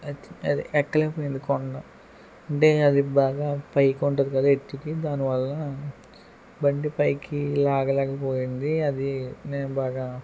ఎక్కలేకపోయింది కొండ అంటే అది బాగా పైకి ఉంటుంది కదా ఎత్తుకి దానివల్ల బండి పైకి లాగలేకపోయింది అది మేం బాగా